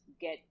get